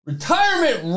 Retirement